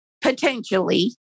potentially